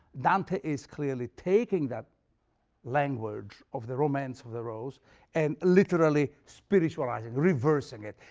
dante is clearly taking that language of the romance of the rose and literally spiritualizing, reversing it.